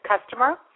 Customer